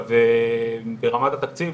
ברמת התקציב,